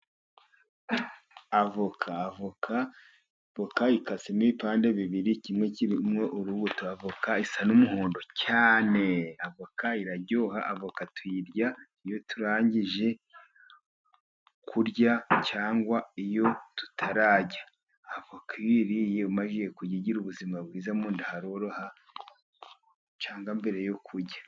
Avoka, ikasemo ibipande bibiri kimwe kirimo urubuto. Avoka isa n'umuhondo cyaneee , avoka iraryoha , avoka tuyirya iyo turangije kurya cyangwa iyo tutararya , avoka iyo uyiriye ,umaze kurya ugira ubuzima bwiza munda haroroha cyangwa mbere yo kurya.